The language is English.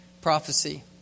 prophecy